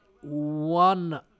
one